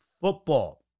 football